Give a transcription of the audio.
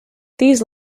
these